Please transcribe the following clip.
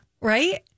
right